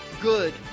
good